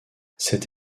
cette